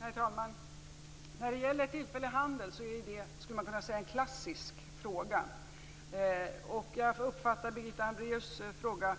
Herr talman! När det gäller tillfällig handel är det en klassisk fråga. Jag uppfattar Birgitta Hambraeus fråga